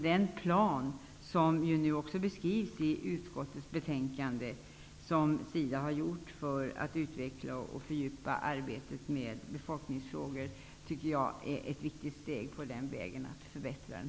Den plan som beskrivs i utskottets betänkande och som SIDA har gjort för att utveckla och fördjupa arbetet med befolkningsfrågor är ett viktigt steg på vägen.